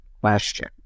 question